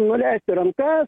nuleisti rankas